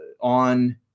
on